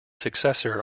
successor